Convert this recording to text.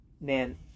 man